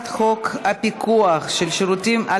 ההצעה להפוך את הצעת חוק המים (תיקון,